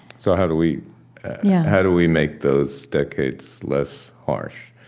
so how do we yeah how do we make those decades less harsh?